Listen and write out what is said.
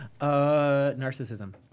narcissism